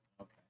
Okay